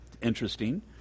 Interesting